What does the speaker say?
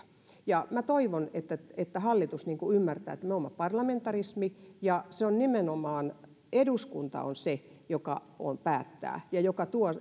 ja minä toivon että että hallitus ymmärtää että meillä on parlamentarismi ja nimenomaan eduskunta on se joka päättää ja